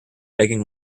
begging